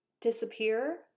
disappear